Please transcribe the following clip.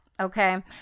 okay